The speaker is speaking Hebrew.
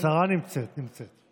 השרה נמצאת, נמצאת.